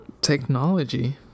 technology